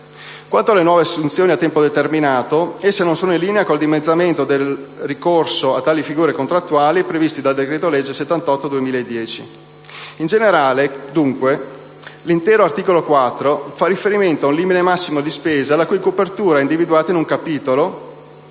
Quanto alle nuove assunzioni a tempo determinato, esse non sono in linea con il dimezzamento del ricorso a tali figure contrattuali previsto dal decreto legge n. 78 del 2010. In generale, dunque, l'intero articolo 4 fa riferimento a un limite massimo di spesa la cui copertura è individuata in un capitolo